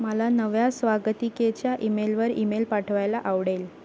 मला नव्या स्वागतिकेच्या ईमेलवर ईमेल पाठवायला आवडेल